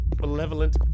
malevolent